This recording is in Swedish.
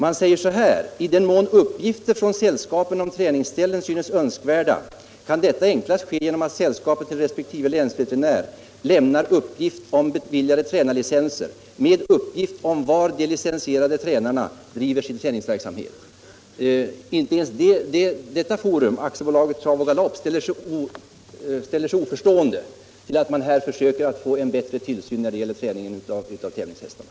Bolaget anför: ”I den mån uppgifter från sällskapen om träningsställen synes önskvärda kan detta enklast ske genom att sällskapen till respektive länsveterinär lämnar uppgift om beviljade tränarlicenser med uppgift om var de licensierade tränarna driver sin tränarverksamhet.” Inte ens detta forum, AB Trav och Galopp, ställer sig oförstående till att man här försöker få en bättre tillsyn när det gäller träning av tävlingshästar.